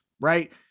right